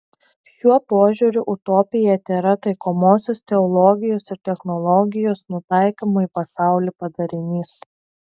šiuo požiūriu utopija tėra taikomosios teologijos ir technologijos nutaikymo į pasaulį padarinys